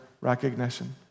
recognition